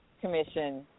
Commission